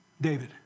David